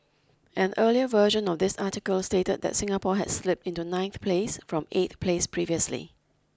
an earlier version of this article stated that Singapore had slipped into ninth place from eighth place previously